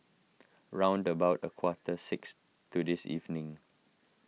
round about a quarter six to this evening